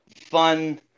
fun